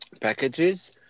packages